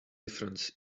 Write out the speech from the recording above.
difference